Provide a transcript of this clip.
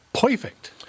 Perfect